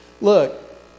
Look